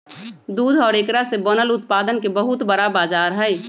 दूध और एकरा से बनल उत्पादन के बहुत बड़ा बाजार हई